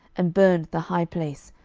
and burned the high place,